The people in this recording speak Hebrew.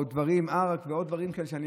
ערק ועוד דברים כאלה.